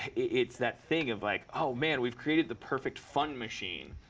it's that thing of like, oh, man, we've created the perfect fun machine.